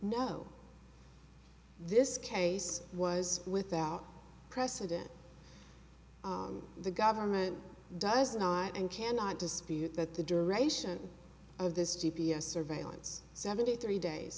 no this case was without precedent the government does not and cannot dispute that the duration of this g p s surveillance seventy three days